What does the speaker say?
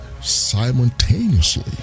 simultaneously